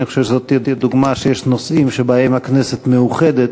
אני חושב שזאת תהיה דוגמה שיש נושאים שבהם הכנסת מאוחדת